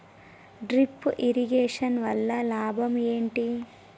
Drip irrigation వల్ల లాభం ఏంటి?